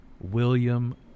William